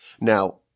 Now